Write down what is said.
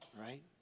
right